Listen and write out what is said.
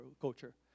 culture